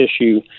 issue